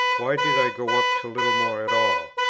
why did i go up to littlemore at all?